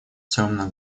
темно